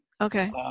Okay